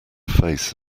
face